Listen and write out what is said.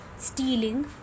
Stealing